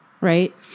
Right